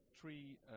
three